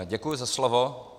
Děkuji za slovo.